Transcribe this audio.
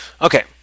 Okay